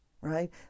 right